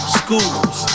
schools